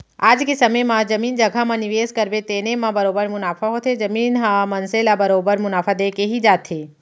आज के समे म जमीन जघा म निवेस करबे तेने म बरोबर मुनाफा होथे, जमीन ह मनसे ल बरोबर मुनाफा देके ही जाथे